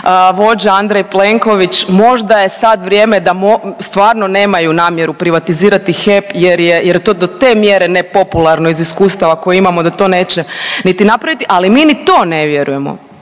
vođa Andrej Plenković. Možda je sad vrijeme da stvarno nemaju namjeru privatizirati HEP jer je, jer je to do te mjere nepopularno iz iskustava koje imamo da to neće niti napraviti, ali mi ni to ne vjerujemo.